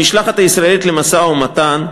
המשלחת הישראלית למשא-ומתן,